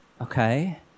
okay